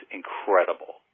incredible